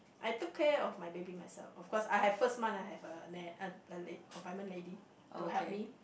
I took care of my baby myself of course I have first month I have a na~ a a confinement lady to help me